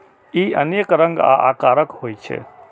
ई अनेक रंग आ आकारक होइ छै